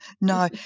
No